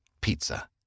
pizza